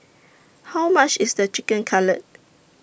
How much IS The Chicken Cutlet